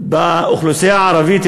באוכלוסייה הערבית,